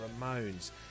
Ramones